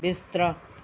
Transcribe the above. ਬਿਸਤਰਾ